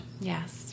Yes